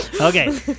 Okay